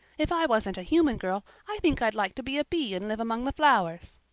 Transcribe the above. if i wasn't a human girl i think i'd like to be a bee and live among the flowers.